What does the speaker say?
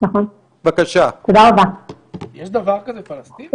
יש דבר כזה פלסטינים?